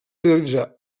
realitzar